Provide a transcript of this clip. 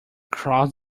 cross